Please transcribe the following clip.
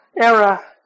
era